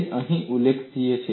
તે જ અહીં ઉલ્લેખિત છે